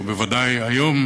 ובוודאי היום